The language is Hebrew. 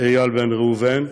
איל בן ראובן.